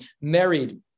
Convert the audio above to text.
married